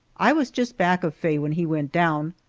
i was just back of faye when he went down,